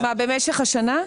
במשך השנה?